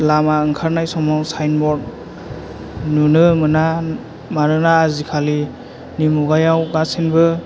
लामा ओंखारनाय समाव साइनबर्द नुनो मोना मानोना आजिखालिनि मुगायाव गासैबो